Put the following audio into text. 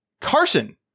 Carson